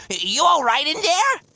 you all right in there?